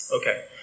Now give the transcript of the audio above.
Okay